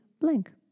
blank